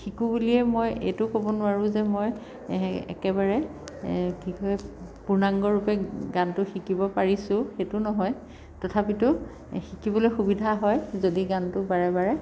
শিকোঁ বুলিয়ে মই এইটো ক'ব নোৱাৰোঁ যে মই একেবাৰে কি কয় পূৰ্ণাংগৰূপে গানটো শিকিব পাৰিছোঁ সেইটো নহয় তথাপিতো শিকিবলৈ সুবিধা হয় যদি গানটো বাৰে বাৰে